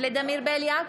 ולדימיר בליאק,